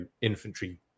infantry